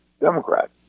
Democrat